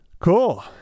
Cool